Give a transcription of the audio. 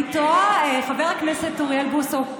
אני תוהה, חבר הכנסת אוריאל בוסו,